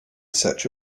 search